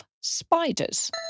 spiders